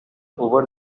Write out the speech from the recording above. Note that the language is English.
over